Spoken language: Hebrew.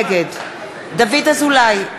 נגד דוד אזולאי,